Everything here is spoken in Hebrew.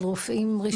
על רופאים.